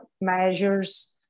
measures